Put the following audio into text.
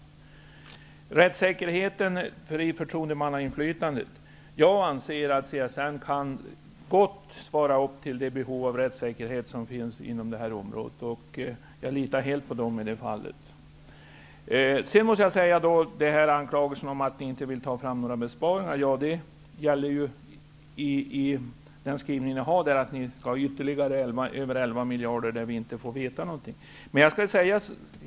I fråga om rättssäkerheten vid förtroendemannainflytande anser jag att CSN gott kan svara upp mot de behov som finns på det området, och jag litar helt på CSN. Anklagelsen för att ni inte vill ta fram några besparingar gäller skrivningen om att ni har över 11 miljarder, utan att vi får veta någonting om varifrån de kommer.